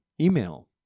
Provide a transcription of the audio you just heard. Email